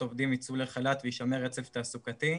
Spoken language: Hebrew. עובדים ייצאו לחל"ת ויישמר רצף תעסוקתי,